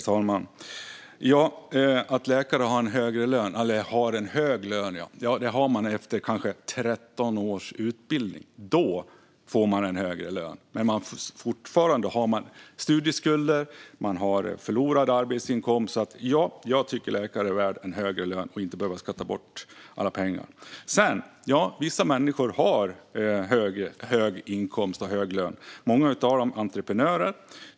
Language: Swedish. Herr talman! Läkare har en högre lön - eller en hög lön - efter kanske 13 års utbildning. Då får de en högre lön, men de har fortfarande studieskulder och förlorad arbetsinkomst. Jag tycker att läkare är värda en högre lön och att de är värda att inte behöva skatta bort alla pengar. Vissa människor har hög inkomst och hög lön. Många av dem är entreprenörer.